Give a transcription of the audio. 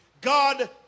God